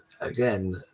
again